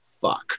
fuck